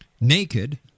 naked